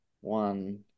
one